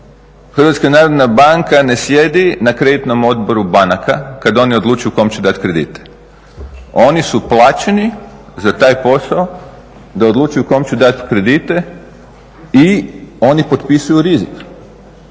svoj posao. HNB ne sjedi na Kreditnom odboru banaka kad oni odlučuju kome će dati kredite, oni su plaćeni za taj posao da odlučuju kome će dati kredite i oni potpisuju rizik.